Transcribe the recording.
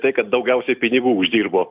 tai kad daugiausiai pinigų uždirbo